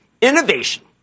Innovation